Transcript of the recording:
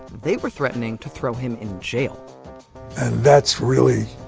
they were threatening to throw him in jail and that's really,